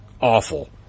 awful